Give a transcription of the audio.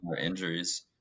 injuries